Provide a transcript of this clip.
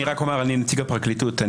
אני נציג הפרקליטות.